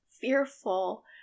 fearful